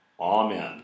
Amen